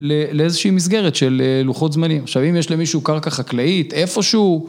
לאיזושהי מסגרת של לוחות זמנים. עכשיו אם יש למישהו קרקע חקלאית, איפשהו